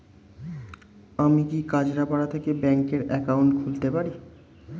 আমি কি কাছরাপাড়া থেকে ব্যাংকের একাউন্ট খুলতে পারি?